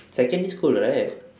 secondary school right